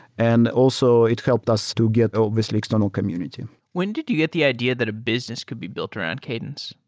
and also, it helped us to get obviously external community when did you get the idea that a business could be built around cadence?